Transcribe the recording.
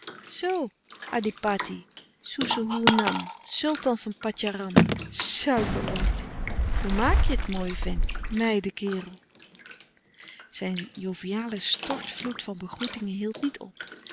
soesoehoenan sultan van patjaram suikerlord hoe maak je het mooie vent meidenkerel zijn joviale stortvloed van begroetingen hield niet op